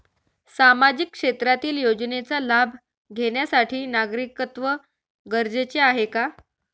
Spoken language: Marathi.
सामाजिक क्षेत्रातील योजनेचा लाभ घेण्यासाठी नागरिकत्व गरजेचे आहे का?